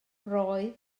roedd